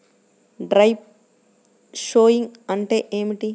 Dry sowing అంటే ఏమిటి?